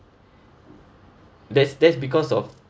that's that's because of